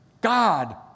God